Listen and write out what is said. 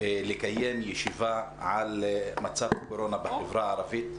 לקיים ישיבה על מצב הקורונה בחברה הערבית.